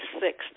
sixth